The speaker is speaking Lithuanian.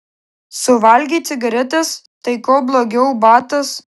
suvalgei cigaretes tai kuo blogiau batas